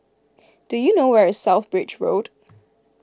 do you know where is South Bridge Road